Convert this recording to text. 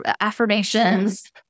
affirmations